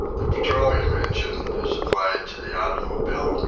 the petroleum engine, as applied to the automobile,